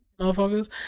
motherfuckers